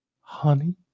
honey